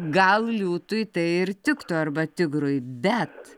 gal liūtui tai ir tiktų arba tigrui bet